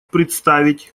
представить